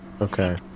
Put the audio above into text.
Okay